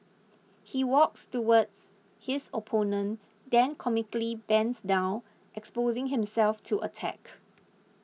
he walks towards his opponent then comically bends down exposing himself to attack